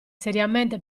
seriamente